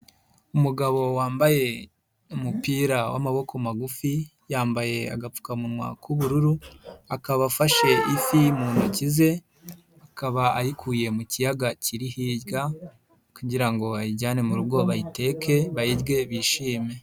Umugabo wambaye umupira w'amaboko magufi, yambaye agapfukamunwa k'ubururu, akaba afashefi mu ntoki ze, akaba ayikuye mu kiyaga kiri hirya kugira ngo ayijyane mu rugo bayiteke bayirye bishime.